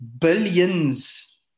billions